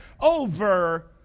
over